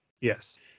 Yes